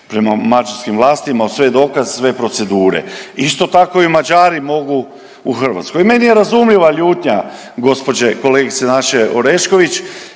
prema mađarskim vlastima uz sve dokaze i sve procedure, isto tako i Mađari mogu u Hrvatskoj. I meni je razumljiva ljutnja gđe. kolegice naše Orešković